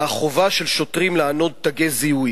לחובה של שוטרים לענוד תגי זיהוי.